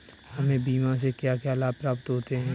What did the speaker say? हमें बीमा से क्या क्या लाभ प्राप्त होते हैं?